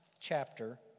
chapter